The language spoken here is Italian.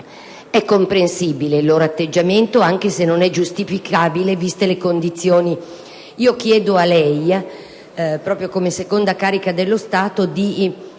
È comprensibile il loro atteggiamento, anche se non è giustificabile, viste le condizioni. Chiedo a lei, signor Presidente, come seconda carica dello Stato, di